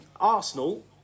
Arsenal